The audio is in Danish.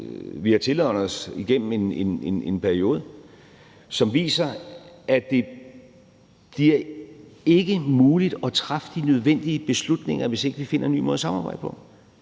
vi har tilegnet os igennem en periode, som viser, at det ikke er muligt at træffe de nødvendige beslutninger, hvis ikke vi finder en ny måde at samarbejde på.